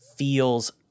Feels